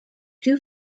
two